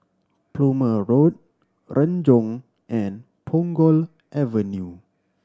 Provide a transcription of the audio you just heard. Plumer Road Renjong and Punggol Avenue